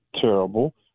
terrible